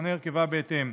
ישתנה הרכבה בהתאם: